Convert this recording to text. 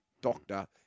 doctor